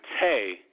Tay